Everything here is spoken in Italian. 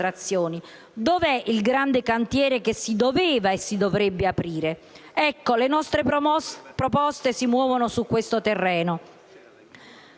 Dove è il grande cantiere che si doveva e si dovrebbe aprire? Le nostre proposte si muovono su questo terreno,